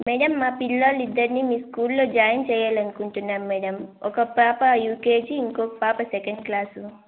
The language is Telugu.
మేడం మా పిల్లలు ఇద్దరిని మీ స్కూల్లో జాయిన్ చేయాలనుకుంటున్నాం మేడం ఒక పాప యూకేజీ ఇంకొక పాప సెకండ్ క్లాసు